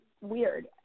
weird